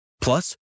Plus